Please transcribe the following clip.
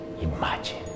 Imagine